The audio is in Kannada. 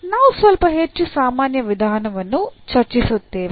ನಾವು ಸ್ವಲ್ಪ ಹೆಚ್ಚು ಸಾಮಾನ್ಯ ವಿಧಾನವನ್ನು ಚರ್ಚಿಸುತ್ತೇವೆ